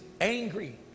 angry